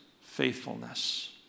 faithfulness